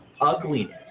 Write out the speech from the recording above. ugliness